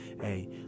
Hey